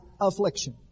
affliction